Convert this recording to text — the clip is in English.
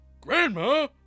Grandma